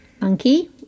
monkey